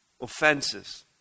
offenses